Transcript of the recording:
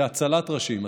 זה הצלת ראשים,